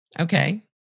Okay